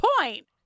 point